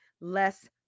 less